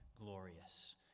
glorious